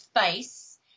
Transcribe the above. face